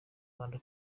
rwanda